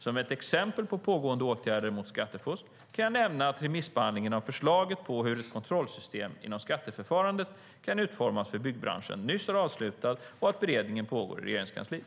Som ett exempel på pågående åtgärder mot skattefusk kan jag nämna att remissbehandlingen av förslaget på hur ett kontrollsystem inom skatteförfarandet kan vara utformat för byggbranschen nyss är avslutad och att beredning pågår i Regeringskansliet.